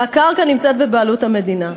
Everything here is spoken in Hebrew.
והקרקע נמצאת בבעלות המדינה.